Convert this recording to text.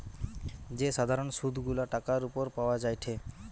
যে সাধারণ সুধ গুলা টাকার উপর পাওয়া যায়টে